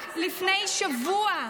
רק לפני שבוע,